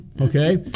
Okay